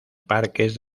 parques